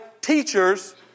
teachers